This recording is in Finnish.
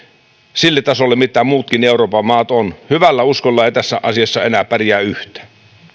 sille tasolle millä muutkin euroopan maat ovat hyvällä uskolla ei tässä asiassa enää pärjää yhtään